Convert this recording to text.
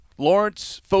Lawrence